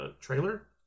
trailer